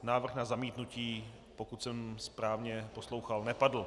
Návrh na zamítnutí, pokud jsem správně poslouchal, nepadl.